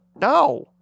no